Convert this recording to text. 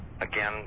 again